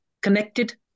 connected